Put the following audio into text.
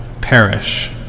perish